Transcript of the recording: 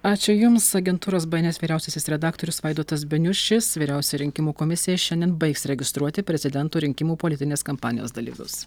ačiū jums agentūros bns vyriausiasis redaktorius vaidotas beniušis vyriausioji rinkimų komisija šiandien baigs registruoti prezidento rinkimų politinės kampanijos dalyvius